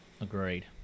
agreed